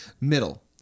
Middle